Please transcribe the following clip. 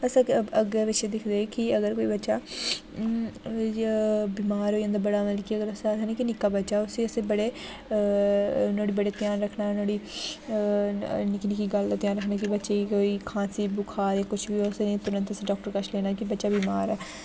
अगर अग्गें पिच्छें दिक्खदे कि अगर कोई बच्चा बीमार होई जंदा बड़ा मतलब कि अस आखने कि नि'क्का बच्चा उसी अस बड़े नुहाड़े बड़े ध्यान रखना नुहाड़ी नि'क्की नि'क्की गल्ल दा ध्यान रखने कि बच्चे ई कोई खांसी बुखार जां कुछ बी होऐ अस तुरंत उसी डॉक्टर कश लेना कि बच्चा बीमार ऐ